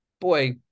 boy